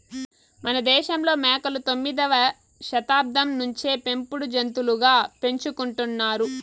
మనదేశంలో మేకలు తొమ్మిదవ శతాబ్దం నుంచే పెంపుడు జంతులుగా పెంచుకుంటున్నారు